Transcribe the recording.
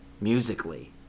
musically